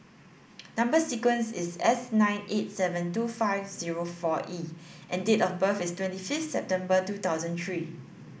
number sequence is S nine eight seven two five zero four E and date of birth is twenty fifth September two thousand three